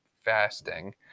fasting